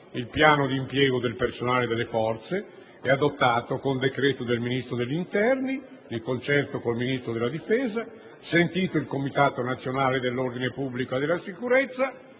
«Il piano di impiego del personale delle Forze armate (...) è adottato con decreto del Ministro dell'interno, di concerto con il Ministro della difesa, sentito il Comitato nazionale dell'ordine e della sicurezza